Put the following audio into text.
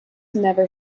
never